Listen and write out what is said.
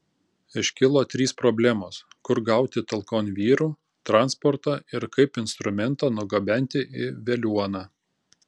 iškilo trys problemos kur gauti talkon vyrų transportą ir kaip instrumentą nugabenti į veliuoną